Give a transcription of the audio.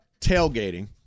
tailgating